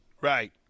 Right